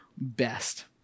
best